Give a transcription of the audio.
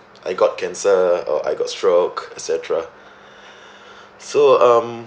I got cancer or I got stroke et cetera so um